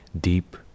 deep